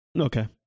Okay